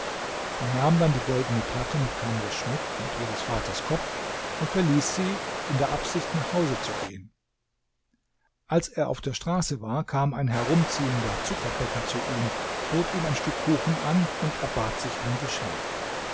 er nahm dann die goldene platte mit kamrs schmuck und ihres vaters kopf und verließ sie in der absicht nach hause zu gehen als er auf der straße war kam ein herumziehender zuckerbäcker zu ihm bot ihm ein stück kuchen an und erbat sich ein geschenk